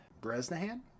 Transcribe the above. Bresnahan